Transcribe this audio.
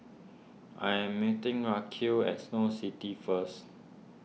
I am meeting Racquel at Snow City first